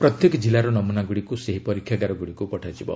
ପ୍ରତ୍ୟେକ ଜିଲ୍ଲାର ନମୁନାଗୁଡ଼ିକୁ ସେହି ପରୀକ୍ଷାଗାରଗୁଡ଼ିକୁ ପଠାଯିବ